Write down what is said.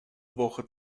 woche